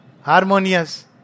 harmonious